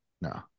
no